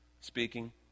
Speaking